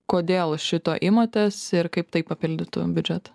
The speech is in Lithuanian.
kodėl šito imatės ir kaip tai papildytų biudžetą